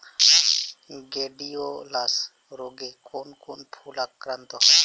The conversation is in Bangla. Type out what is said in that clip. গ্লাডিওলাস রোগে কোন কোন ফুল আক্রান্ত হয়?